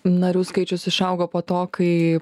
narių skaičius išaugo po to kai